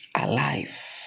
alive